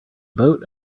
boat